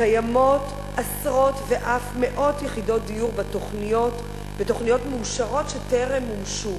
קיימות עשרות ואף מאות יחידות דיור בתוכניות מאושרות שטרם מומשו.